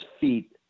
feet